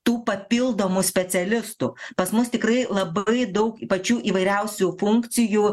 tų papildomų specialistų pas mus tikrai labai daug pačių įvairiausių funkcijų